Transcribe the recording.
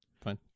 Fine